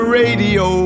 radio